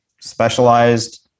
specialized